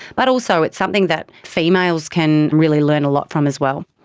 but also it's something that females can really learn a lot from as well.